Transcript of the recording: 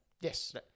Yes